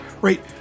right